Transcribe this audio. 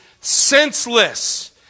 senseless